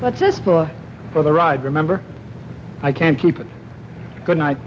but just for the ride remember i can't keep a good night